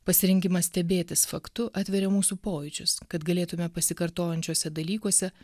pasirinkimas stebėtis faktu atveria mūsų pojūčius kad galėtume pasikartojančiuose dalykuose